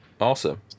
Awesome